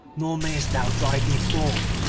nor mayest thou drive me forth.